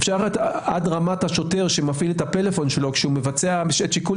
עד רמת השוטר שמפעיל את הנייד שלו כשמבצע שיקול